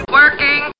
Working